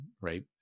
right